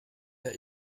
leer